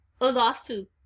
Olafu